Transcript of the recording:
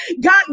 God